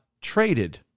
traded